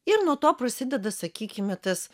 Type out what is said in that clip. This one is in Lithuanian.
ir nuo to prasideda sakykime tas